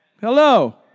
Hello